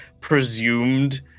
presumed